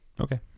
Okay